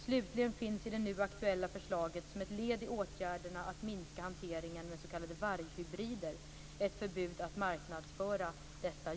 Slutligen finns i det nu aktuella förslaget, som ett led i åtgärderna att minska hanteringen med s.k. varghybrider, ett förbud att marknadsföra dessa djur.